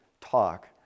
talk